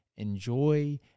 Enjoy